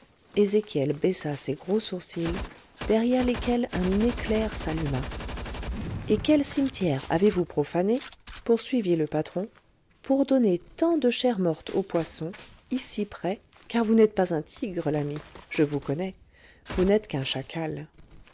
ses gros sourcils derrière lesquels un éclair s'alluma et quel cimetière avez-vous profané poursuivit le patron pour donner tant de chair morte aux poissons ici près car vous n'êtes pas un tigre l'ami je vous connais vous n'êtes qu'un chacal